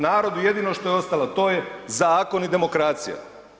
Narodu jedino što je ostalo to je zakon i demokracija.